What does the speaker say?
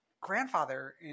grandfather